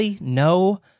No